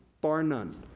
bar none.